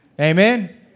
Amen